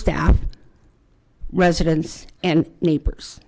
staff residents and neighbors